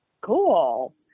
Cool